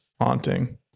haunting